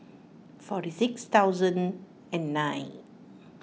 forty six thousand and nine